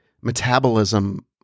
metabolism